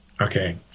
Okay